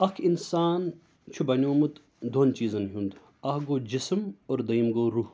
اَکھ اِنسان چھِ بنیومُت دۄن چیٖزَن ہُنٛد اَکھ گوٚو جِسم اور دٔیِم گوٚو روح